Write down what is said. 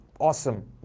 awesome